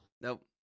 Nope